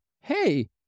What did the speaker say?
hey